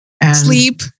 Sleep